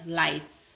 lights